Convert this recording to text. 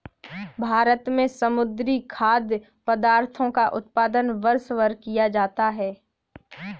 भारत में समुद्री खाद्य पदार्थों का उत्पादन वर्षभर किया जाता है